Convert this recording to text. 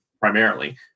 primarily